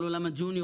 כל עולם הג'וניורים,